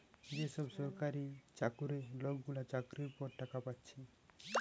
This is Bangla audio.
যে সব সরকারি চাকুরে লোকগুলা চাকরির পর টাকা পাচ্ছে